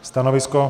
Stanovisko?